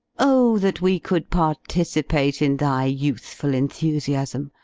oh! that we could participate in thy youthful enthusiasm,